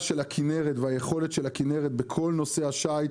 של הכנרת והיכולת של הכנרת בכל נושא השיט,